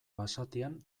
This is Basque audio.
basatian